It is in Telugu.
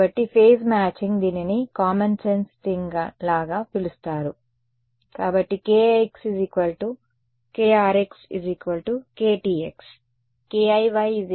కాబట్టి ఫేజ్ మ్యాచింగ్ దీనిని కామన్సెన్స్ థింగ్ లాగా పిలుస్తారు కాబట్టి kix krx ktx k iy kry kty